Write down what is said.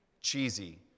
cheesy